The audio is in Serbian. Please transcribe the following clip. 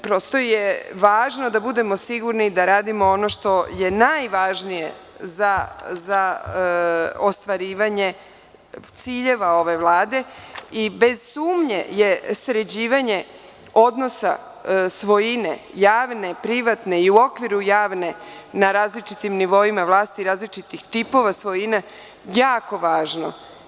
Prosto je važno da budemo sigurni da radimo ono što je najvažnije za ostvarivanje ciljeva ove Vlade i bez sumnje je sređivanje odnosa svojine, javne ili privatne, i u okviru javne na različitim nivoima vlasti različitih tipova svojine jako važno.